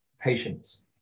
Patience